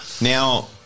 Now